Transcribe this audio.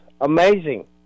amazing